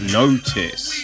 notice